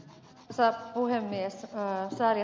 sääli että ed